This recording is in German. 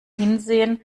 hinsehen